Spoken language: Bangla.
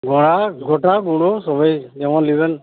হ্যাঁ গোটা গুঁড়ো সবই যেমন নেবেন